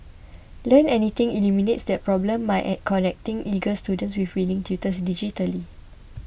Learn Anything eliminates that problem by connecting eager students with willing tutors digitally